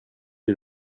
est